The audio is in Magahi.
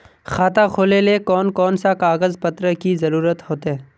खाता खोलेले कौन कौन सा कागज पत्र की जरूरत होते?